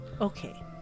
Okay